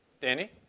Danny